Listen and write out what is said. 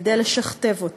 כדי לשכתב אותה,